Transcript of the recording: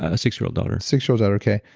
ah six-year-old daughter six-year-old daughter, okay.